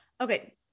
Okay